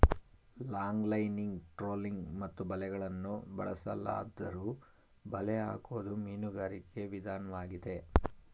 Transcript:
longlining trolling ಮತ್ತು ಬಲೆಗಳನ್ನು ಬಳಸಲಾದ್ದರೂ ಬಲೆ ಹಾಕೋದು ಮೀನುಗಾರಿಕೆ ವಿದನ್ವಾಗಿದೆ